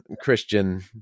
Christian